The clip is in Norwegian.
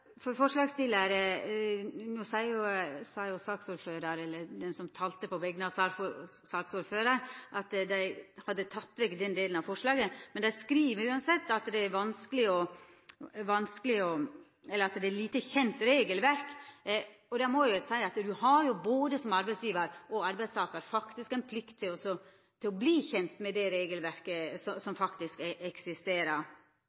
No sa saksordføraren – eller ho som talte på vegner av saksordføraren – at dei hadde teke vekk den delen av forslaget, men dei skriv uansett at det er eit lite kjent regelverk. Da må eg seia at ein både som arbeidsgjevar og arbeidstakar har ei plikt til å verta kjent med det regelverket som